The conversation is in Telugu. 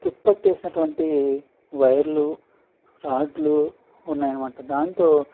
తుప్పట్టేసినటువంటి వైర్లు రాడ్లు ఉన్నాయనమాట దాంతో